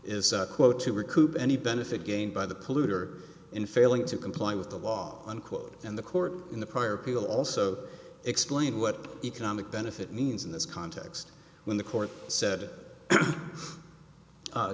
is quote to recoup any benefit gained by the polluter in failing to comply with the law unquote and the court in the prior people also explained what economic benefit means in this context when the court said